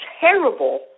terrible